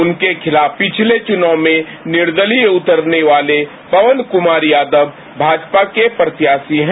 उनके खिलाफ पिछले चुनाव में निर्दलीय उतरने वाले पवन कुमार यादव भाजपा के प्रत्याशी हैं